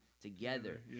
together